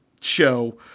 show